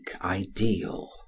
ideal